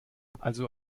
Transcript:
also